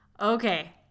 okay